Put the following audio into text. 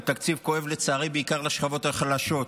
הוא תקציב כואב, לצערי, בעיקר לשכבות החלשות.